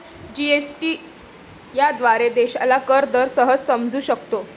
GST याद्वारे देशाला कर दर सहज समजू शकतो